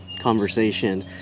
conversation